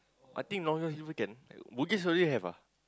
I think Long-John-Silver can bugis already have ah